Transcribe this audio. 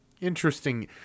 interesting